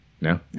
No